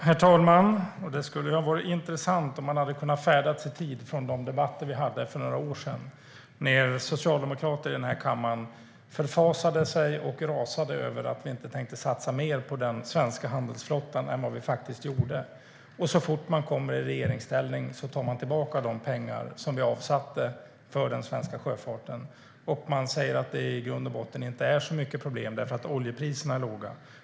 Herr talman! Det skulle ha varit intressant om vi hade kunnat färdas i tid till de debatter vi hade för några år sedan, då Socialdemokraterna förfasade sig och rasade över att vi inte tänkte satsa mer på den svenska handelsflottan än vi faktiskt gjorde. Men så fort de kom i regeringsställning tog de tillbaka de pengar som vi avsatte för den svenska sjöfarten, och man säger att det i grund och botten inte är så mycket problem därför att oljepriserna är låga.